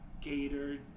Gator